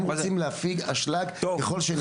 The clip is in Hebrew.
הם רוצים להפיק אשלג ככל שניתן.